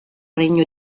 regno